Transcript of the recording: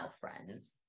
friends